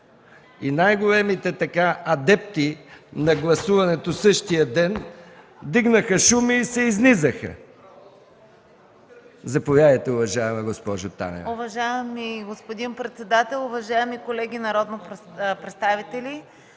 и най-големите адепти на гласуването в същия ден вдигнаха шум и се изнизаха. Заповядайте, уважаема госпожо Танева.